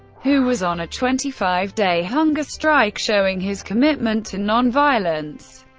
who was on a twenty five day hunger strike showing his commitment to nonviolence.